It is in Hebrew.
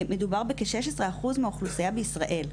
מדובר בכ-16 אחוז מהאוכלוסייה בישראל.